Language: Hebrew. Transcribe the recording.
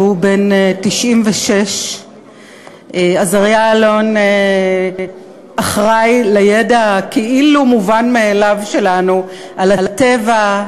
והוא בן 96. עזריה אלון אחראי לידע הכאילו-מובן-מאליו שלנו על הטבע,